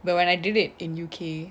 but when I did it in U_K